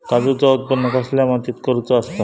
काजूचा उत्त्पन कसल्या मातीत करुचा असता?